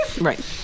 right